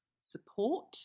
support